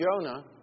Jonah